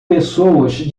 pessoas